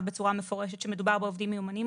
בצורה מפורשת שמדובר בעובדים מיומנים,